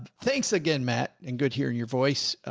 thanks again, matt and good hearing your voice, ah,